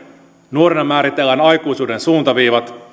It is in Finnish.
nuorena määritellään aikuisuuden suuntaviivat